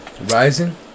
rising